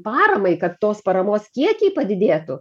paramai kad tos paramos kiekiai padidėtų